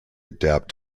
adapt